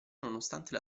nonostante